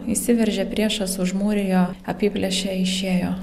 įsiveržė priešas užmūrijo apiplėšė išėjo